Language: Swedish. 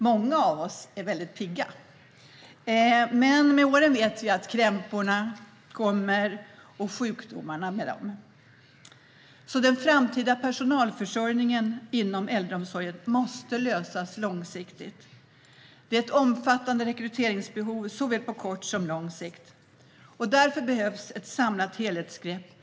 Många av oss är väldigt pigga, men med åren vet vi att krämporna kommer och sjukdomarna med dem. Den framtida personalförsörjningen inom äldreomsorgen måste lösas långsiktigt. Det råder omfattande rekryteringsbehov på såväl kort som lång sikt. Därför behövs ett samlat helhetsgrepp.